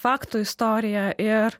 faktų istoriją ir